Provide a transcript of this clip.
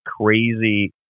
crazy